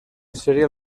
seria